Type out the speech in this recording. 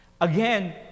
Again